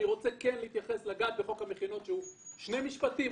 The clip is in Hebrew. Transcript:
אני רוצה להתייחס לחוק המכינות שהוא שני משפטים,